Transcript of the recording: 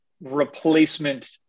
replacement